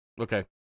Okay